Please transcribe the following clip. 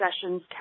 sessions